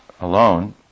alone